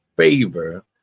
favor